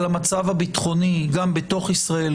על המצב הבטחוני גם בתוך ישראל,